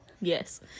Yes